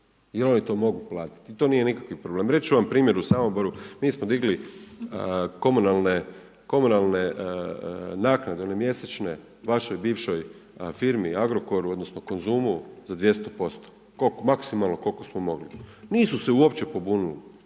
Jer oni to mogu platiti i to nije nikakvi problem. Reći ću vam primjer u Samoboru, mi smo digli komunalne, komunalne naknade, one mjesečne, vašoj bivšoj firmi Agrokoru, odnosno Konzumu za 200%, koliko? Maksimalno koliko smo mogli. Nisu se uopće pobunili,